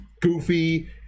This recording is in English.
goofy